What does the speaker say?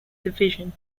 division